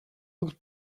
dut